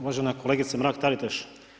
Uvažena kolegice Mrak-Taritaš.